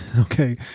Okay